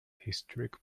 historic